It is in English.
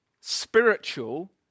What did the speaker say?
spiritual